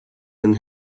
and